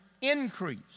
increase